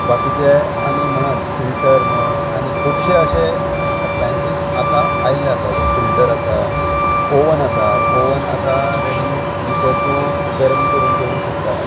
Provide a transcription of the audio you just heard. बाकीचे आनी म्हणत फिल्टर म्हण आनी खुबशे अशे एप्लायन्सीस आतां आयिल्ले आसा जो फिल्टर आसा ओवन आसा ओवन आतां रेडीमेड भितर तूं गरम करून दवरूं शकता